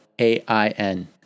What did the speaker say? A-I-N